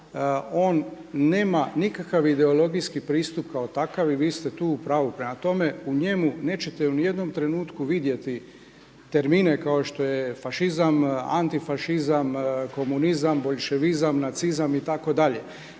on nema nikakav ideologijski pristup kao takav i vi ste tu u pravu. Prema tome, u njemu nećete u ni jednom trenutku vidjeti termine kao što je fašizam, antifašizam, komunizam, boljševizam, nacizam itd.